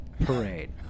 parade